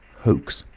hoax,